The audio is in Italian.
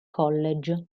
college